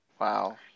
Wow